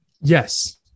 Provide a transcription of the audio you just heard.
Yes